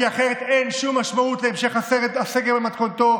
כי אחרת אין שום משמעות לסגר במתכונתו,